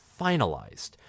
finalized